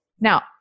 Now